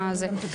הזה.